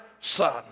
son